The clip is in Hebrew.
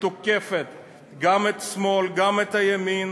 שתוקפת גם את השמאל וגם את הימין